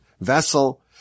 vessel